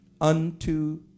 unto